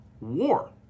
War